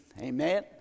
Amen